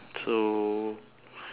so